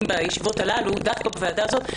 בישיבות הללו דווקא בוועדה הזאת.